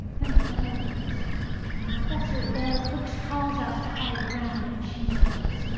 then the bell rings and professor bell hooks calls us to higher ground. and she says,